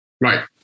Right